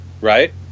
right